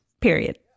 Period